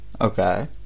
Okay